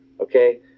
Okay